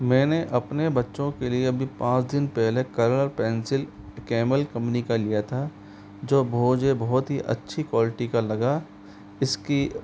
मैंने अपने बच्चों के लिए अभी पाँच दिन पहले कलर पेंसिल कैमल कम्पनी का लिया था जो मुझे बहुत ही अच्छी क्वालिटी का लगा इसकी